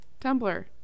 Tumblr